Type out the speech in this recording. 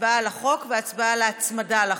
הצבעה על החוק והצבעה על הצמדה לחוק,